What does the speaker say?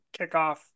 kickoff